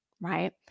right